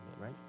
right